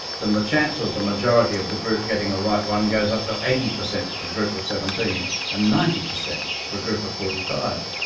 then the chance of the majority of the group getting the right one goes up to eighty percent for a group of seventeen, and ninety percent for a group of forty five.